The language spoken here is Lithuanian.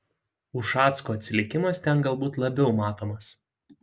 ušacko atsilikimas ten galbūt labiau matomas